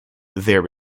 there